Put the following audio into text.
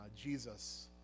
Jesus